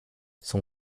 son